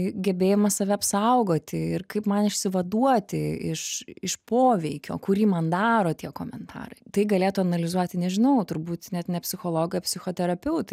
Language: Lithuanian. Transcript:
gebėjimą save apsaugoti ir kaip man išsivaduoti iš iš poveikio kurį man daro tie komentarai tai galėtų analizuoti nežinau turbūt net ne psichologai psichoterapeutai